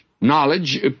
Knowledge